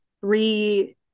three